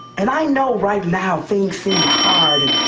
and i know right now things seem hard and